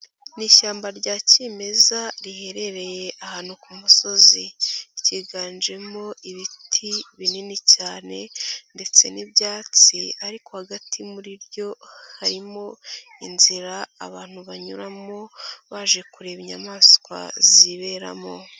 Ni ishyamba rya kimeza riherereye ahantu ku musozi. Ryiganjemo ibiti binini cyane ndetse n'ibyatsi ariko hagati muri ryo harimo inzira abantu banyuramo baje kureba inyamaswa ziberamo.